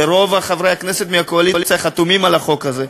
ורוב חברי הכנסת מהקואליציה חתומים על החוק הזה.